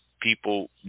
people